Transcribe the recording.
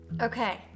Okay